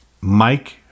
Mike